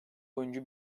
oyuncu